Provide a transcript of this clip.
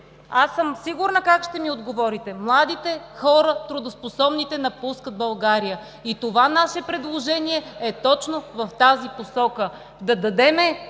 Аз съм сигурна как ще ми отговорите. Младите хора, трудоспособните, напускат България. И това наше предложение е точно в тази посока – да дадем